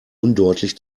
undeutlich